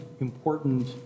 important